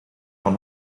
van